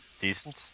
Decent